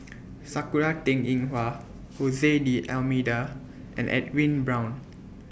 Sakura Teng Ying Hua Jose D'almeida and Edwin Brown